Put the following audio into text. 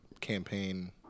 campaign